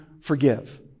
forgive